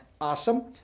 awesome